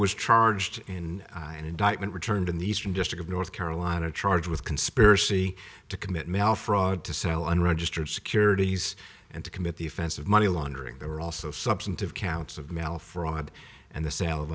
was charged in an indictment returned in the eastern district of north carolina charged with conspiracy to commit mail fraud to sell unregistered securities and to commit the offense of money laundering there are also substantive counts of mail fraud and the sale of